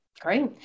Great